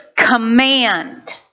Command